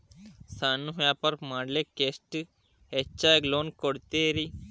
ಸಣ್ಣ ವ್ಯಾಪಾರ ಮಾಡ್ಲಿಕ್ಕೆ ಎಷ್ಟು ಹೆಚ್ಚಿಗಿ ಲೋನ್ ಕೊಡುತ್ತೇರಿ?